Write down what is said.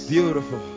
Beautiful